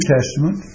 Testament